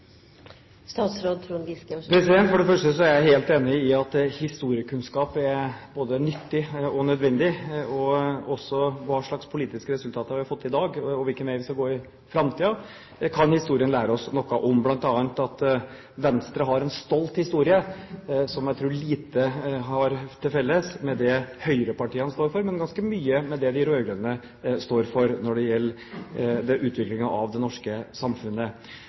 For det første er jeg helt enig i at historiekunnskap er både nyttig og nødvendig, og også hva slags politiske resultater vi har fått til i dag og hvilken vei vi skal gå i framtiden. Det kan historien lære oss noe om. Blant annet har Venstre en stolt historie, som jeg tror har lite til felles med det høyrepartiene står for, men ganske mye til felles med det de rød-grønne står for når det gjelder utviklingen av det norske samfunnet.